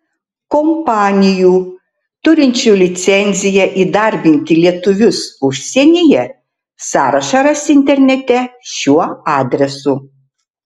kompanijų turinčių licenciją įdarbinti lietuvius užsienyje sąrašą rasi internete šiuo adresu